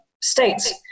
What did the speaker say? states